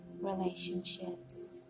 relationships